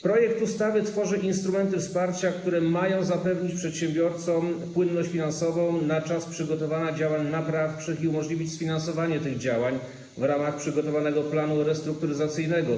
Projekt ustawy tworzy instrumenty wsparcia, które mają zapewnić przedsiębiorcom płynność finansową na czas przygotowania działań naprawczych i umożliwić sfinansowanie tych działań w ramach przygotowanego planu restrukturyzacyjnego.